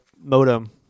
modem